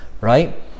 Right